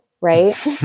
right